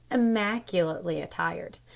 immaculately attired.